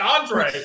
Andre